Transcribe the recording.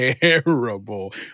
terrible